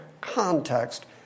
context